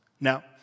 Now